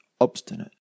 obstinate